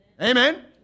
Amen